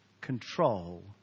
control